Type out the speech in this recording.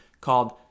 called